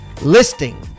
listing